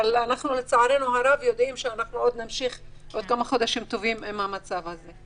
אבל לצערנו הרב אנחנו יודעים שנמשיך עוד כמה חודשים טובים במצב הזה.